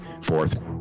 Fourth